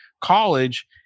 college